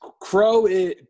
Crow